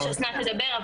רצינו שאסנת תדבר,